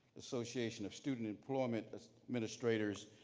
association of student employment administrators